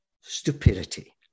stupidity